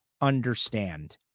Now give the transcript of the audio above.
understand